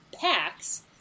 packs